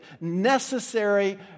necessary